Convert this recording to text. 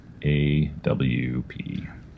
AWP